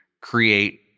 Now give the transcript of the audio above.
create